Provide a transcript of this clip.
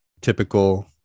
typical